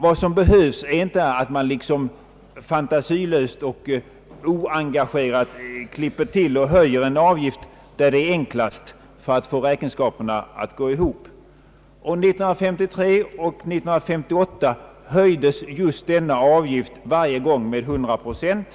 Vad som behövs är inte att man liksom fantasilöst och oengagerat klipper till med en avgiftshöjning där det är enklast, för att få räkenskaperna att gå ihop. År 1953 och år 1958 höjdes just denna avgift, varje gång med 100 procent.